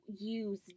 use